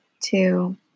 two